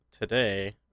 today